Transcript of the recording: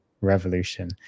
Revolution